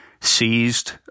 seized